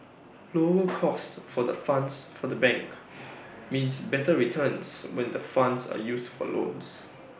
lower cost for the funds for the bank means better returns when the funds are used for loans